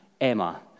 Emma